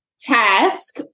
task